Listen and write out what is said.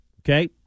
Okay